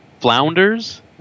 Flounders